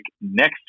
next